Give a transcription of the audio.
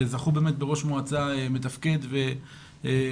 וזכו באמת בראש מועצה מתפקד וחיוני.